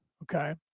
Okay